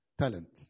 talents